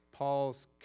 Paul's